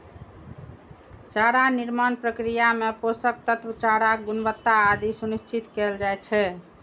चारा निर्माण प्रक्रिया मे पोषक तत्व, चाराक गुणवत्ता आदि सुनिश्चित कैल जाइ छै